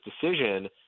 decision